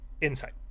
Insight